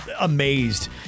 amazed